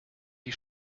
die